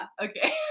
Okay